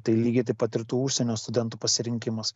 tai lygiai taip pat ir tų užsienio studentų pasirinkimas